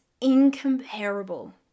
incomparable